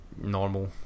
normal